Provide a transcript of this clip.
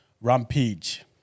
rampage